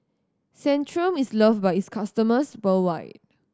centrum is loved by its customers worldwide